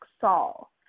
Saul